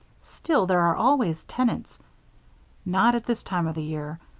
still, there are always tenants not at this time of the year.